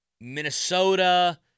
Minnesota